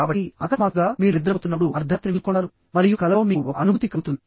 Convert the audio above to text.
కాబట్టి అకస్మాత్తుగా మీరు నిద్రపోతున్నప్పుడు అర్థరాత్రి మేల్కొంటారు మరియు కలలో మీకు ఒక అనుభూతి కలుగుతుంది